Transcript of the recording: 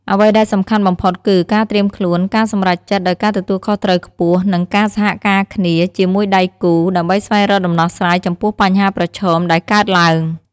អ្វីដែលសំខាន់បំផុតគឺ ការត្រៀមខ្លួន ការសម្រេចចិត្តដោយការទទួលខុសត្រូវខ្ពស់ និងការសហការគ្នាជាមួយដៃគូ ដើម្បីស្វែងរកដំណោះស្រាយចំពោះបញ្ហាប្រឈមដែលកើតឡើង។